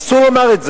אסור לומר את זה.